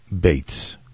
Bates